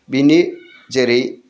बिनि जेरै